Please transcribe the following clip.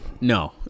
No